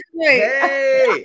Hey